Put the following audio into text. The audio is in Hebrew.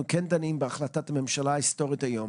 כן דנים בהחלטת הממשלה ההיסטורית היום.